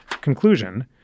conclusion